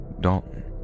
Dalton